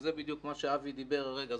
וזה בדיוק מה שאבי דיבר כרגע.